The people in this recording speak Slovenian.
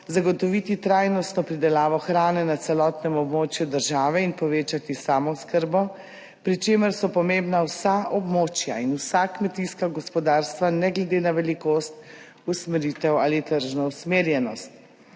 zagotoviti trajnostno pridelavo hrane na celotnem območju države in povečati samooskrbo, pri čemer so pomembna vsa območja in vsa kmetijska gospodarstva ne glede na velikost, usmeritev ali tržno usmerjenost.